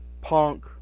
Punk